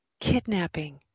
kidnapping